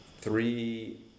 three